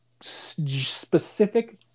specific